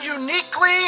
uniquely